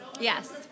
Yes